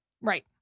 right